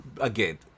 again